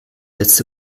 letzte